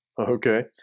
Okay